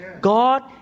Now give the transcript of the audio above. God